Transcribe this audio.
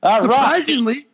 Surprisingly